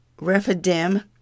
Rephidim